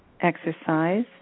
exercise